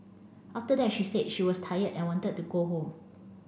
after that she said that she was tired and wanted to go home